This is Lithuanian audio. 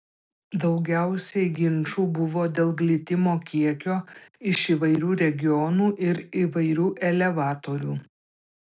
daugiausiai ginčų buvo dėl glitimo kiekio iš įvairių regionų ir įvairių elevatorių